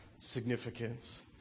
significance